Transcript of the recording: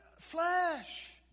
flesh